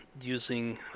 using